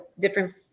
different